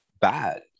bad